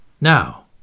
Now